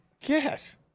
Yes